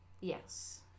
Yes